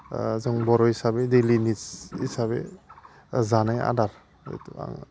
जों बर' हिसाबै डेलि निड्स हिसाबै जानाय आदार जितु आं